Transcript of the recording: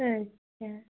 अच्छा